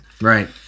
Right